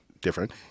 different